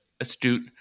astute